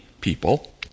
people